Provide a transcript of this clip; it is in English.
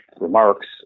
remarks